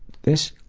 this